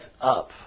up